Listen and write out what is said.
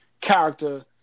character